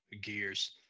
Gears